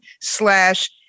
slash